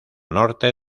norte